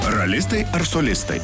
ralistai ar solistai